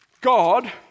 God